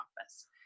office